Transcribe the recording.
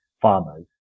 farmers